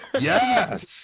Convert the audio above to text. Yes